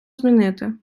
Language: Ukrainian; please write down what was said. змінити